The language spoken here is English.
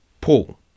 Paul